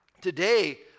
Today